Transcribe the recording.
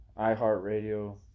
iHeartRadio